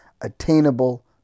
Attainable